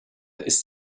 ist